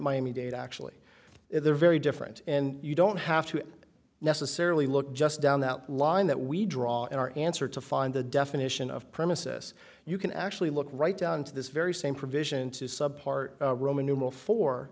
miami dade actually they're very different and you don't have to necessarily look just down the line that we draw in our answer to find the definition of premises you can actually look right down to this very same provision two subpart roman numeral for